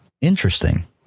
Interesting